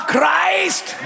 Christ